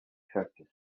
churches